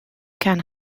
can